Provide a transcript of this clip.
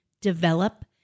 develop